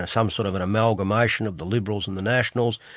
ah some sort of an amalgamation of the liberals and the nationals,